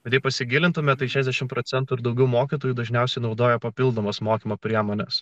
bet jei pasigilintumėme tai šešiasdešimt procentų ir daugiau mokytojų dažniausiai naudoja papildomas mokymo priemones